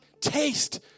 taste